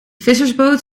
vissersboot